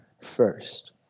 first